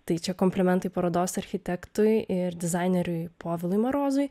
tai čia komplimentai parodos architektui ir dizaineriui povilui marozui